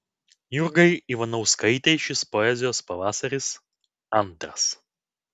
jurgai ivanauskaitei šis poezijos pavasaris antras